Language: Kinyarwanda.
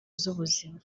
z’ubuzima